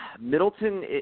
Middleton